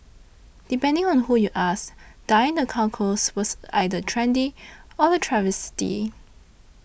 depending on who you ask dyeing the Chow Chows was either trendy or a travesty